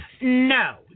No